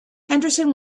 henderson